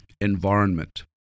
environment